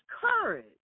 Courage